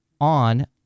on